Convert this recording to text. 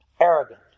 arrogant